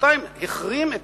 להחרים את